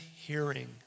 hearing